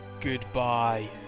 Goodbye